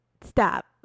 stop